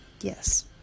Yes